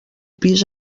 pis